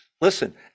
Listen